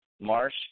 Marsh